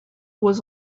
was